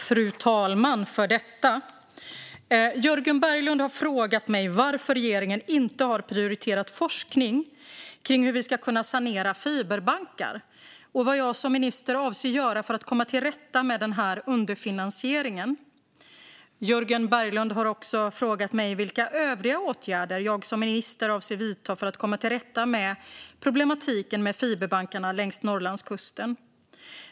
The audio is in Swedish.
Fru talman! Jörgen Berglund har frågat mig varför regeringen inte har prioriterat forskning kring hur vi ska kunna sanera fiberbankar och vad jag som minister avser att göra för att komma till rätta med denna underfinansiering. Jörgen Berglund har också frågat mig vilka övriga åtgärder jag som minister avser att vidta för att komma till rätta med problematiken med fiberbankarna längs Norrlandskusten.